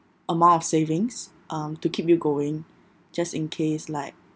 amount of savings um to keep you going just in case like